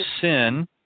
sin